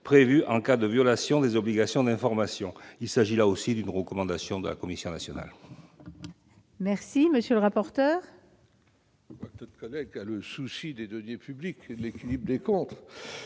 prévue en cas de violation des obligations d'information. Il s'agit, là encore, d'une recommandation de la Commission nationale des comptes de campagne.